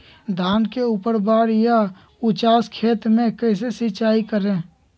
धान के ऊपरवार या उचास खेत मे कैसे सिंचाई करें?